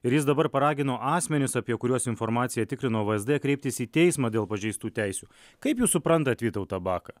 ir jis dabar paragino asmenis apie kuriuos informaciją tikrino vsd kreiptis į teismą dėl pažeistų teisių kaip jūs suprantat vytautą baką